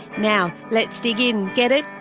now let's dig in. get it?